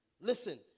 listen